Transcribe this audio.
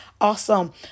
Awesome